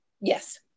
Yes